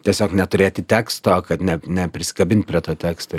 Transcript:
tiesiog neturėti teksto kad ne neprisikabint prie to teksto